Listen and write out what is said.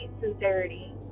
sincerity